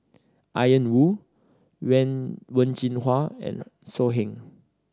Ian Woo Wen Jinhua and So Heng